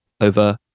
over